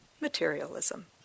Materialism